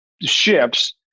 ships